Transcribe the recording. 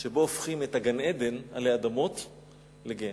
שבו הופכים את גן-עדן עלי אדמות לגיהינום.